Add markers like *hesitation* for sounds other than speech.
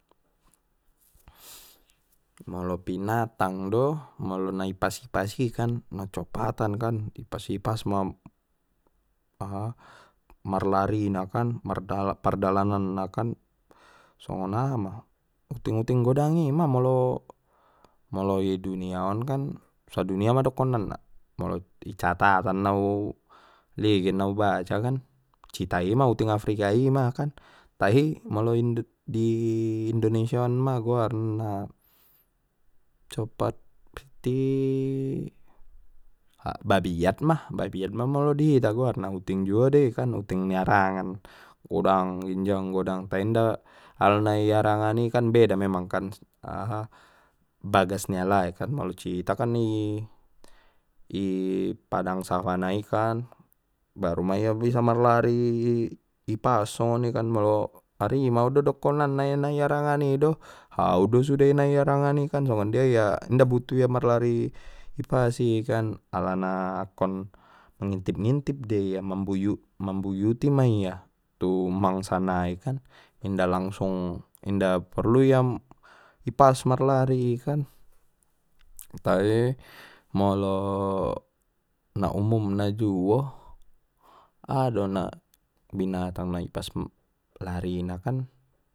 Molo binatang do molo na ipas ipas i kan na copatan kan ipas ipas ma, aha marlarina kan mar dalan pardalanan na kan songon aha ma uting uting godang ima molo, molo idunia on kan sadunia ma dokononan na molo i catatan na u-uligin na ubaca kan, cheetah i ma uting afrika i ima kan tahi molo di indonesia on ma gaorna copat i *hesitation* babiat mah babiat ma molo di hita guarna huting juo dei kan huting ni arangan godang ginjang godang ginjang tai inda alana i arangan i kan beda memang kan aha bagas ni alai kan molo cheetah bagas ni alai i *hesitation* padang savana i kan baru ma ia bisa marlari ipas songoni kan molo harimau do dokonan na na i arangan i do hau do sudena di arangan i kan songon dia ia inda butuh ia marlari i pas i kan i alana kon mangintip intip dei ia mabuyu-mambuyuti ma ia tu mangsa nai kan inda langsung inda porlu ia ipas marlari kan, tai molo na umum na juo aha do na binatang na ipas lari na kan.